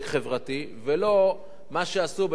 ולא מה שעשו בדוח-טרכטנברג,